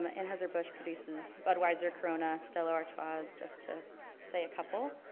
um anheuser busch produces budweiser, corona, stella artois, just to say a couple.